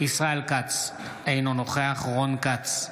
ישראל כץ, אינו נוכח רון כץ,